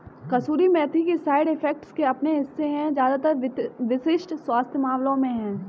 कसूरी मेथी के side effects के अपने हिस्से है ज्यादातर विशिष्ट स्वास्थ्य मामलों में है